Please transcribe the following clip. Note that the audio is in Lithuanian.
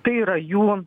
tai yra jų